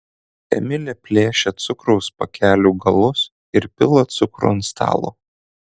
emilė plėšia cukraus pakelių galus ir pila cukrų ant stalo